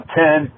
ten